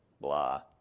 blah